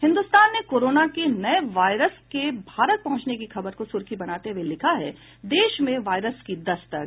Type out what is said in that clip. हिन्दुस्तान ने कोरोना के नये वायरस के भारत पहुंचने की खबर को सुर्खी बनाते हुये लिखा है देश में वायरस की दस्तक